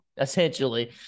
Essentially